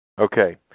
Okay